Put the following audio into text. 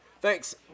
Thanks